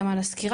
גם על הסקירה,